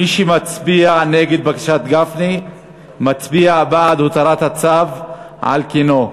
מי שמצביע נגד בקשת גפני מצביע בעד הותרת הצו על כנו,